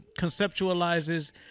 conceptualizes